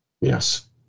Yes